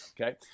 okay